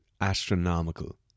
astronomical